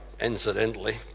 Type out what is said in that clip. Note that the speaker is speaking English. incidentally